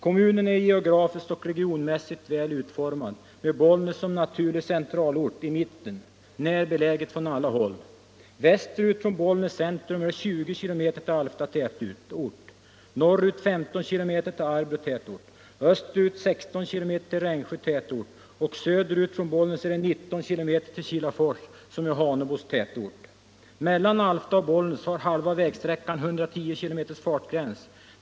Kommunen är geografiskt och regionmässigt väl utformad, med Bollnäs som naturlig centralort i mitten, närbeläget från alla håll. Västerut från Bollnäs centrum är det 20 km till Alfta tätort, norrut 15 km till Arbrå tätort, österut 16 km till Rengsjö tätort och söderut från Bollnäs är det 19 km till Kilafors som är Hanebos tätort. Mellan Alfta och Bollnäs har halva vägsträckan 110 km fartgräns.